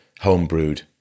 homebrewed